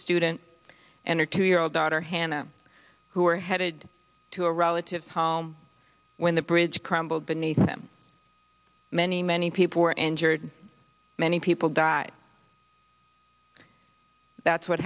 student and her two year old daughter hannah who were headed to a relative's home when the bridge crumbled beneath them many many people were injured many people died that's what